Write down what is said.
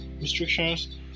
restrictions